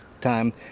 time